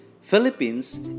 Philippines